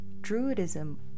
Druidism